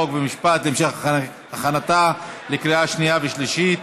חוק ומשפט להמשך הכנתה לקריאה שנייה ושלישית.